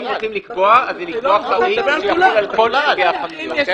אם רוצים לקבוע שיחול על כל סוגי החנויות.